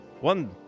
one